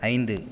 ஐந்து